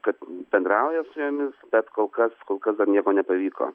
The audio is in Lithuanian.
kad bendrauja su jomis bet kol kas kol kas dar nieko nepavyko